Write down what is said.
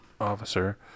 officer